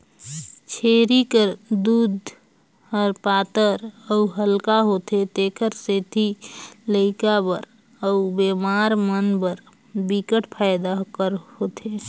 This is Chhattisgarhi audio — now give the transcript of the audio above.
छेरी कर दूद ह पातर अउ हल्का होथे तेखर सेती लइका बर अउ बेमार मन बर बिकट फायदा कर होथे